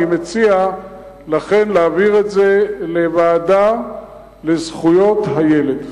לכן, אני מציע להעביר את זה לוועדה לזכויות הילד.